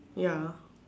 ya